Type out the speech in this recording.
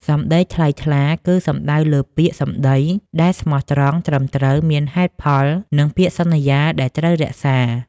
សម្ដីថ្លៃថ្លា គឺសំដៅលើពាក្យសម្ដីដែលស្មោះត្រង់ ត្រឹមត្រូវ មានហេតុផល និងពាក្យសន្យាដែលត្រូវរក្សា។